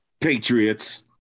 Patriots